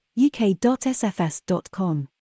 uk.sfs.com